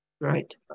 right